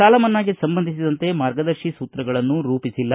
ಸಾಲ ಮನ್ನಾಗೆ ಸಂಬಂಧಿಸಿದಂತೆ ಮಾರ್ಗದರ್ಶಿ ಸೂತ್ರಗಳನ್ನು ರೂಪಿಸಿಲ್ಲ